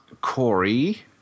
Corey